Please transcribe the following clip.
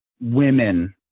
women